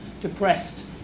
depressed